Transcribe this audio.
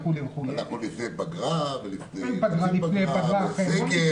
ואנחנו לפני פגרה ולפני סגר.